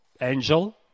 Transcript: angel